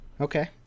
Okay